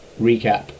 Recap